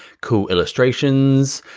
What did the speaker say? cool illustrations,